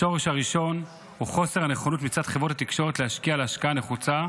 השורש הראשון הוא חוסר הנכונות מצד חברות התקשורת להשקיע השקעה נחוצה,